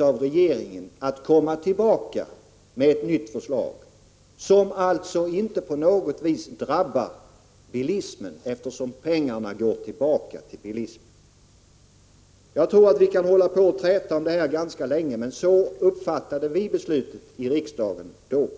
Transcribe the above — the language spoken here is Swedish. av regeringen att komma tillbaka med ett nytt förslag, som inte på något vis drabbar bilismen, eftersom pengarna går tillbaka till bilismen. Jag tror att vi kan hålla på att träta om detta ganska länge, men så uppfattade vi beslutet i riksdagen den gången.